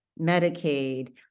Medicaid